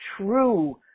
true